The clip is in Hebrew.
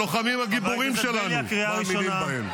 הלוחמים הגיבורים שלנו מאמינים בהן.